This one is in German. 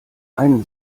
einen